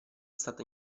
stata